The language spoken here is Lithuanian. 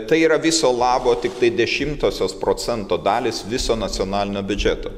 tai yra viso labo tiktai dešimtosios procento dalys viso nacionalinio biudžeto